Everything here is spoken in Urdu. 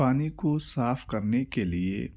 پانی کو صاف کرنے کے لیے